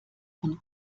von